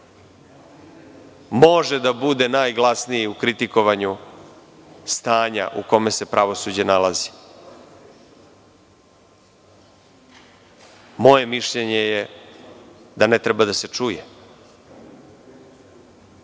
može da bude najglasniji u kritikovanju stanja u kome se pravosuđe nalazi. Moje mišljenje je da ne treba da se čuje.